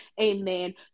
amen